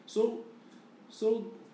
so so